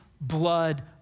blood